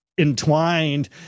entwined